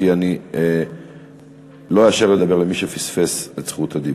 כי אני לא אאשר לדבר למי שפספס את זכות הדיבור.